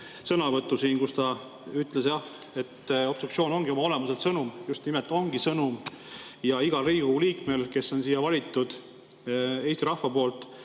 sõnavõtu, et jah, obstruktsioon ongi oma olemuselt sõnum – just nimelt ongi sõnum – ja igal Riigikogu liikmel, kes on siia valitud Eesti rahva poolt,